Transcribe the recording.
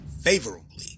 favorably